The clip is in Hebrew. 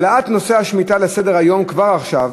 העלאת נושא השמיטה לסדר-היום כבר עכשיו